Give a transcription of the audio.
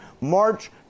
march